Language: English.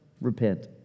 repent